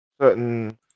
certain